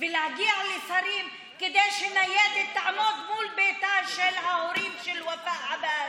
ולהגיע לשרים כדי שניידת תעמוד מול ביתם של ההורים של ופאא עבאהרה.